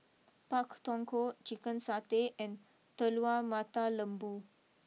Pak Thong Ko Chicken Satay and Telur Mata Lembu